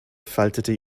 faltete